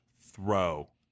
throw